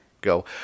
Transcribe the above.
go